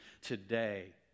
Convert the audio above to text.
today